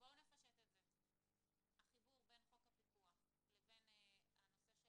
בואו נפשט את זה החיבור בין חוק הפיקוח לבין הנושא של